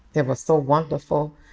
it was so wonderful.